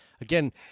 again